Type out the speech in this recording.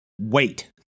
wait